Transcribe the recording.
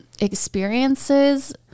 experiences